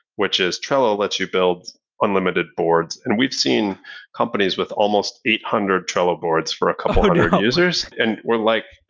which is trello lets you build unlimited boards. and we've seen companies with almost eight hundred trello boards for a couple of hundred users. and we're like,